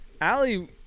Allie